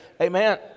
Amen